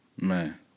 man